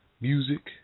music